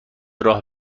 راه